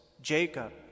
Jacob